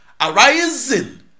arising